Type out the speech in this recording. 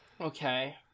Okay